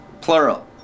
Plural